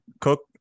Cook